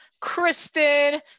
Kristen